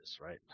right